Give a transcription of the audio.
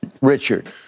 Richard